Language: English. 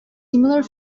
similar